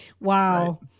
wow